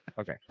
Okay